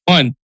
One